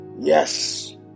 yes